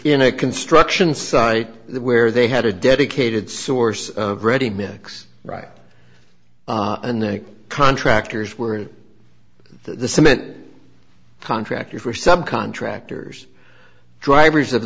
in a construction site where they had a dedicated source of ready mix right and the contractors were the cement contractor for some contractors drivers of